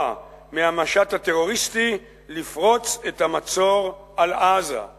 מהמשט הטרוריסטי לפרוץ את המצור על עזה";